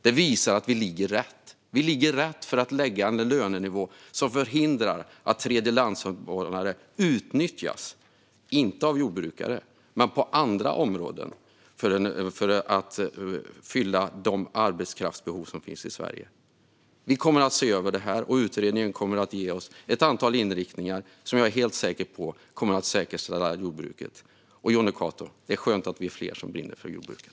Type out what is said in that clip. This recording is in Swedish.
Det visar att vi ligger rätt. Vi lägger en lönenivå som förhindrar att tredjelandsmedborgare utnyttjas, inte av jordbrukare men på andra områden, för att fylla de arbetskraftsbehov som finns i Sverige. Vi kommer att se över detta. Utredningen kommer att ge oss ett antal inriktningar som jag är helt säker på kommer att säkerställa jordbrukets behov och tillfredsställa Jonny Cato. Det är skönt att vi är fler som brinner för jordbruket.